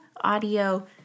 audio